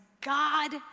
God